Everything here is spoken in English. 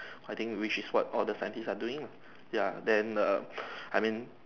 I think which is what all the scientist are doing lah ya then err I mean